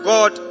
God